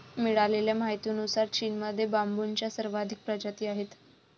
मिळालेल्या माहितीनुसार, चीनमध्ये बांबूच्या सर्वाधिक प्रजाती आहेत